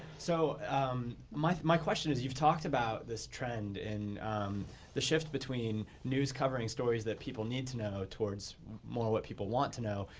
so um my my question is you've talked about this trend in the shift between news covering stories that people need to know towards more what people want to know.